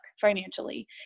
financially